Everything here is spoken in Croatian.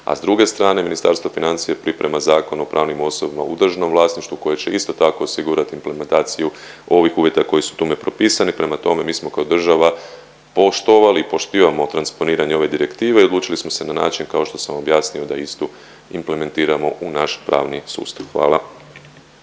a s druge strane, Ministarstvo financija priprema zakon o pravnim osobama u državnom vlasništvu koje će, isto tako osigurati implementaciju ovih uvjeta koji su tu nepropisani, prema tome, mi smo kao država poštovali i poštivamo transponiranje ove direktive i odlučili smo se na način kao što sam objasnio da istu implementiramo u naš pravni sustav. Hvala.